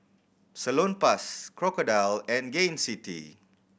Salonpas Crocodile and Gain City